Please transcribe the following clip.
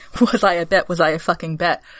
was-I-a-bet-was-I-a-fucking-bet